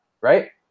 right